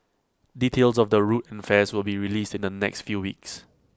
details of the route and fares will be released in the next few weeks